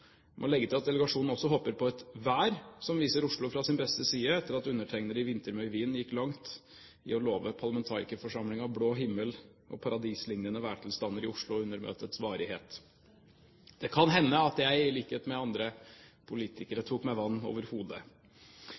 må legge til at delegasjonen også håper på et vær som viser Oslo fra sin beste side, etter at undertegnede i vintermøtet i Wien gikk langt i å love parlamentarikerforsamlingen blå himmel og paradislignende værtilstander i Oslo under møtets varighet. Det kan hende at jeg, i likhet med andre politikere, tok meg vann over hodet.